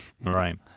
right